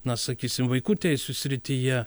na sakysim vaikų teisių srityje